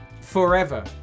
forever